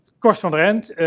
kors van der ent,